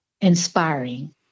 inspiring